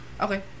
Okay